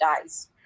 dies